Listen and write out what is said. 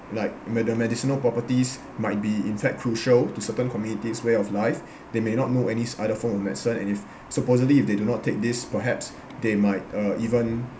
like me~ the medicinal properties might be in fact crucial to certain communities' way of life they may not know any other form of medicine and if supposedly if they do not take this perhaps they might uh even